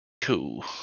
Cool